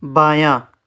بایاں